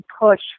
push